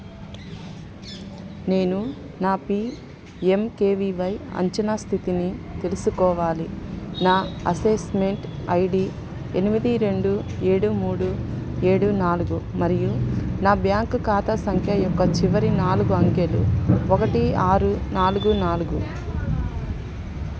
నేను నా P M K V Y అంచనా స్థితిని తెలుసుకోవాలి నా అసెస్మెంట్ ఐ డీ ఎనిమిది రెండు ఏడు మూడు ఏడు నాలుగు మరియు నా బ్యాంక్ ఖాతా సంఖ్య యొక్క చివరి నాలుగు అంకెలు ఒకటి ఆరు నాలుగు నాలుగు